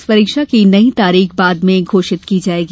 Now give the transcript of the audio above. इस परीक्षा की नई तारीख बाद में घोषित की जायेगी